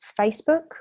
facebook